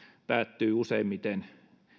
päättyy useimmiten